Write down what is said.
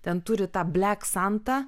ten turi tą black santa